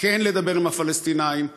כן לדבר עם הפלסטינים,